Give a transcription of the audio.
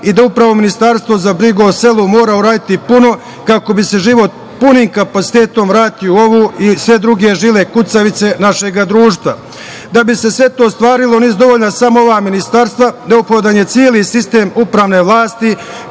i da upravo ministarstvo za brigu o selu mora uraditi puno kako bi se život punim kapacitetom vratio u ovu i sve druge žile kucavice našeg društva. Da bi se sve to ostvarilo nisu dovoljna samo ova ministarstva, neophodan je celi sistem upravne vlasti